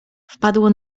wpadło